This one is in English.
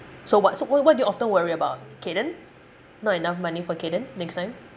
so what so what what do you often worry about kayden not enough money for kayden next time